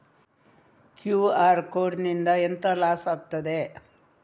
QR code ನಿಂದ ಎಂತ loss ಆಗ್ತದೆ?